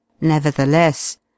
Nevertheless